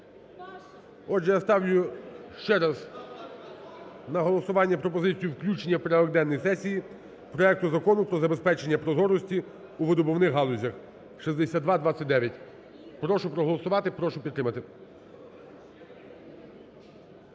Отже, я ставлю ще раз на голосування пропозицію включення в порядок денний сесії проект Закону про забезпечення прозорості у видобувних галузях (6229). Прошу проголосувати. Прошу підтримати.